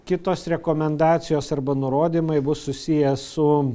kitos rekomendacijos arba nurodymai bus susiję su